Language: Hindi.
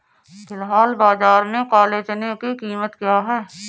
फ़िलहाल बाज़ार में काले चने की कीमत क्या है?